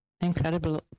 incredible